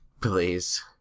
Please